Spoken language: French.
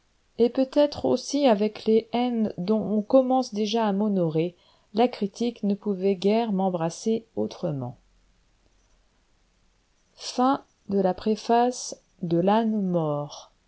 et peut-être aussi avec les haines dont on commence déjà à m'honorer la critique ne pouvait guère m'embrasser autrement i la